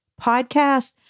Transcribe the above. podcast